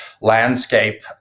landscape